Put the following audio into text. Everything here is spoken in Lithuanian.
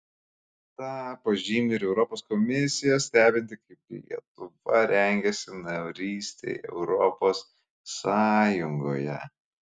tą pažymi ir europos komisija stebinti kaip lietuva rengiasi narystei europos sąjungoje